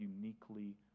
uniquely